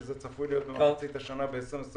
שזה צפוי להיות במחצית השנה ב-20-21.